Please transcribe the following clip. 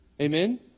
Amen